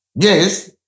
Yes